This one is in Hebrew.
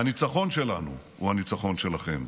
והניצחון שלנו הוא ניצחון שלכם.